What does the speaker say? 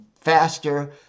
faster